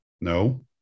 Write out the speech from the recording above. No